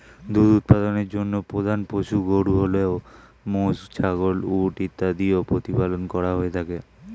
দুধ উৎপাদনের জন্য প্রধান পশু গরু হলেও মোষ, ছাগল, উট ইত্যাদিও প্রতিপালন করা হয়ে থাকে